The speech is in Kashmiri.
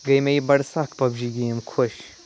گٔے مےٚ یہِ بَڈٕ سَکھ پَب جی گیم خۄش